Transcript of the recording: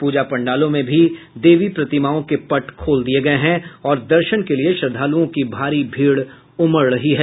पूजा पंडालों में भी देवी प्रतिमाओं के पट खोल दिये गये हैं और दर्शन के लिए श्रद्धालुओं की भारी भीड़ उमड़ रही है